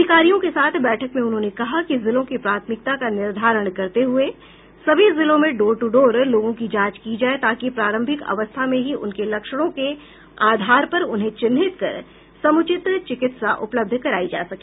अधिकारियों के साथ बैठक में उन्होंने कहा कि जिलों की प्राथमिकता का निर्धारण करते हुये सभी जिलों में डोर टू डोर लोगों की जांच की जाए ताकि प्रारंभिक अवस्था में ही उनके लक्षणों के आधार पर उन्हें चिन्हित कर समुचित चिकित्सा उपलब्ध करायी जा सके